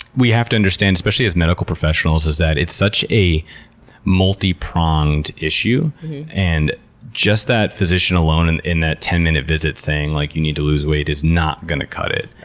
we have to understand, especially as medical professionals, is that it's such a multi-pronged issue and just that physician alone and in that ten minute visit saying, like you need to lose weight, is not going to cut it.